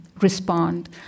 respond